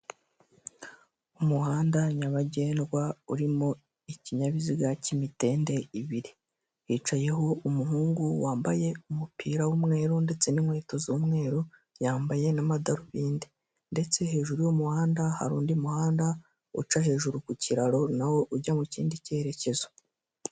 Umuhanda nyabagendwa urimo ikinyabiziga cy'imitende ibiri hicayeho umuhungu wambaye umupira w'umweru ndetse n'inkweto z'umweru yambaye n'amadarubindi ndetse hejuru y'umuhanda hari undi muhanda uca hejuru ku kiraro na ho ujya mu kindi cyerekezo.